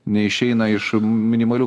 neišeina iš minimalių